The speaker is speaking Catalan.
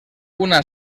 una